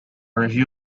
review